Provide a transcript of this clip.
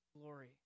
glory